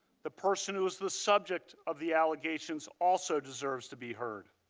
the person who is the subject of the allegations, also deserves to be heard.